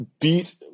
beat